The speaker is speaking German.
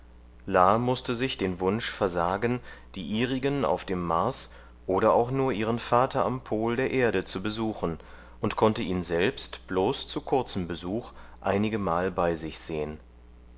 la mußte sich den wunsch versagen die ihrigen auf dem mars oder auch nur ihren vater am pol der erde zu besuchen und konnte ihn selbst bloß zu kurzem besuch einigemal bei sich sehen